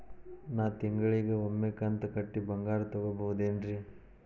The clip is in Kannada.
ನಾ ತಿಂಗಳಿಗ ಒಮ್ಮೆ ಕಂತ ಕಟ್ಟಿ ಬಂಗಾರ ತಗೋಬಹುದೇನ್ರಿ?